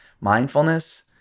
Mindfulness